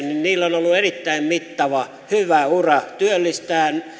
niin niillä on ollut erittäin mittava hyvä ura työllistäen